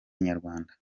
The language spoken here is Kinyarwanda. inyarwanda